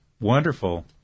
wonderful